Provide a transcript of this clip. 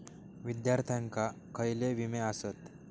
विद्यार्थ्यांका खयले विमे आसत?